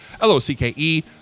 L-O-C-K-E